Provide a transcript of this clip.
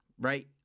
right